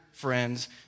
friends